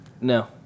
No